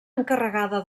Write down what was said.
encarregada